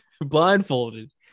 blindfolded